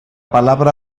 palabra